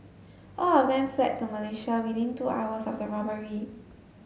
all of them fled to Malaysia within two hours of the robbery